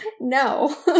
No